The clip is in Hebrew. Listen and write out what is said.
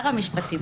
המשפטים,